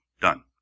done